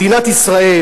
מדינת ישראל,